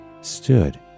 stood